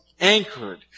anchored